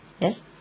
Yes